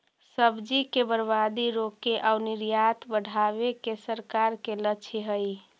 सब्जि के बर्बादी रोके आउ निर्यात बढ़ावे के सरकार के लक्ष्य हइ